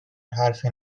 حرفی